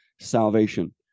salvation